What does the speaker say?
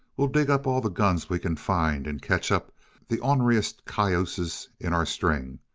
we'll dig up all the guns we can find, and catch up the orneriest cayuses in our strings,